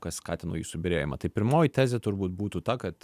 kas skatino jų subyrėjimą tai pirmoji tezė turbūt būtų ta kad